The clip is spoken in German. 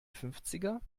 fünfziger